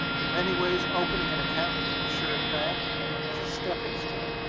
in many ways opening an account with an assured bank is a stepping stone